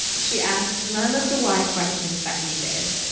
um she asks none of the why questions that we did.